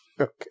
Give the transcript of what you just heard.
Okay